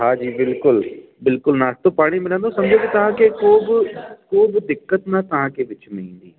हा जी बिल्कुलु बिल्कुलु नाश्तो पाणी मिलंदो सम्झो की तव्हांखे को बि को बि दिक़त न तव्हांखे विच में ईंदी